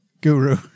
guru